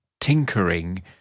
tinkering